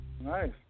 Nice